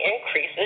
increases